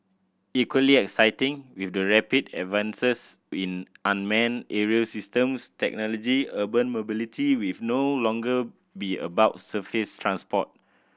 equally exciting with the rapid advances in unmanned aerial systems technology urban mobility will no longer be about surface transport